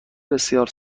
بسیار